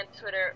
Twitter